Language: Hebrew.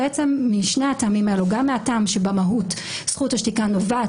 משני הטעמים האלה - גם מהטעם שבמהות זכות השתיקה נובעת